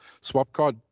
Swapcard